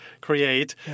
create